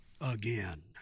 again